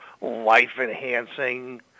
life-enhancing